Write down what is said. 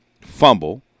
fumble